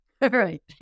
Right